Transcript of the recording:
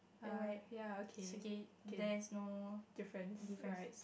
err ya okay okay difference right